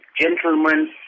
gentlemen